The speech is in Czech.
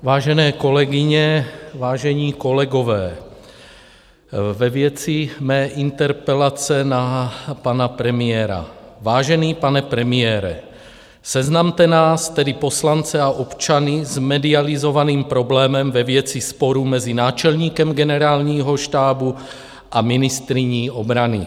Vážené kolegyně, vážení kolegové, ve věci mé interpelace na pana premiéra: Vážený pane premiére, seznamte nás, tedy poslance a občany, s medializovaným problémem ve věci sporů mezi náčelníkem Generálního štábu a ministryní obrany.